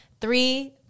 three